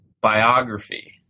biography